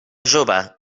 jove